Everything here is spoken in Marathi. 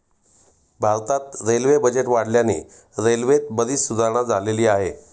भारतात रेल्वे बजेट वाढल्याने रेल्वेत बरीच सुधारणा झालेली आहे